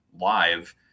live